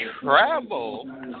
travel